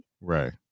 Right